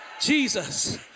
Jesus